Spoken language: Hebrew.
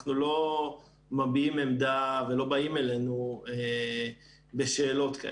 אנחנו לא מביעים עמדה ולא באים אלינו בשאלות כאלה.